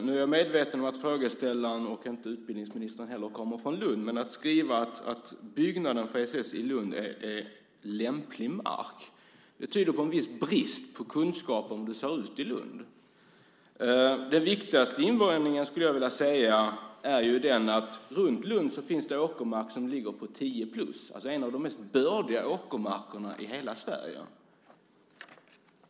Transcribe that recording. Nu är jag medveten om att frågeställaren och utbildningsministern inte kommer från Lund, men att skriva att Lund har lämplig mark för byggnaden för ESS tyder på en viss brist på kunskap om hur det ser ut i Lund. Den viktigaste invändningen, skulle jag vilja säga, är ju att det runt Lund finns åkermark som ligger på tio plus. Det är alltså en av de mest bördiga åkermarkerna i hela Sverige.